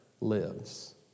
lives